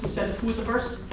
was was the first?